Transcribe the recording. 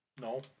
No